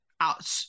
Out